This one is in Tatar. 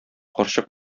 карчык